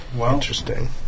Interesting